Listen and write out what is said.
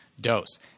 dose